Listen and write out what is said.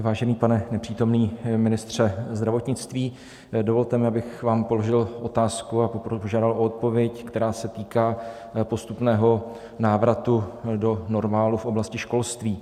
Vážený nepřítomný pane ministře zdravotnictví, dovolte mi, abych vám položil otázku, a požádal o odpověď, která se týká postupného návratu do normálu v oblasti školství.